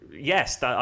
yes